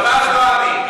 הפעם לא אני.